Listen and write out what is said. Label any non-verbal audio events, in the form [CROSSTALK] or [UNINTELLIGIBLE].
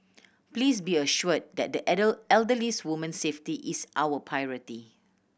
please be assured that the [UNINTELLIGIBLE] elderly woman's safety is our priority